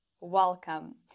Welcome